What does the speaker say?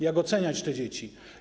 Jak oceniać te dzieci?